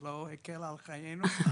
שלא הקלה על חיינו.